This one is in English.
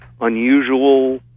unusual